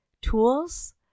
tools